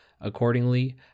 Accordingly